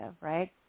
right